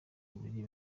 babiri